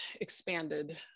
expanded